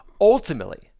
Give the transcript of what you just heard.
ultimately